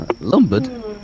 Lumbered